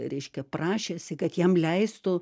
reiškia prašėsi kad jam leistų